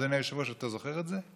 אדוני היושב-ראש, אתה זוכר את זה?